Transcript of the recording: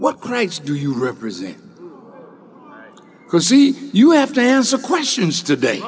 what crakes do you represent because see you have to answer questions today